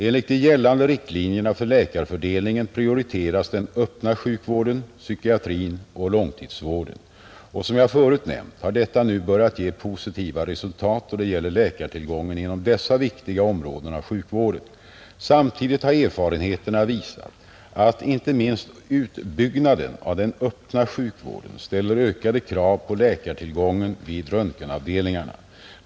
Enligt de gällande riktlinjerna för läkarfördelningen prioriteras den öppna sjukvården, psykiatrin och långtidsvården, och som jag förut nämnt har detta nu börjat ge positiva resultat då det gäller läkartillgången inom dessa viktiga områden av sjukvården. Samtidigt har erfarenheterna visat att inte minst utbyggnaden av den öppna sjukvården ställer ökade krav på läkartillgången vid röntgenavdelningarna.